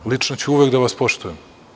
Lično ću uvek da vas poštujem.